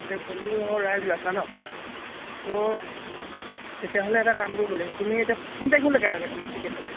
গোটেই ফেমিলীসহ ৰাইজ ওলাইছা নহ্ ত' তেতিয়াহ'লে এটা কাম কৰিব লাগিব তুমি এতিয়া কোন তাৰিখলৈকে লাগে তোমাক টিকেটটো